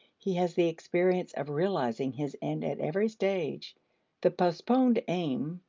he has the experience of realizing his end at every stage the postponed aim,